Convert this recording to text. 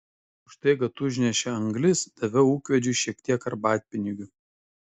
už tai kad užnešė anglis daviau ūkvedžiui šiek tiek arbatpinigių